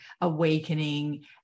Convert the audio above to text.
awakening